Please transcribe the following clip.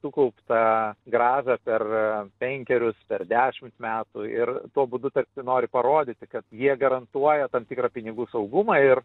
sukauptą grąžą per penkerius per dešimt metų ir tuo būdu tarsi nori parodyti kad jie garantuoja tam tikrą pinigų saugumą ir